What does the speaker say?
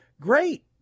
great